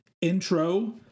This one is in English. Intro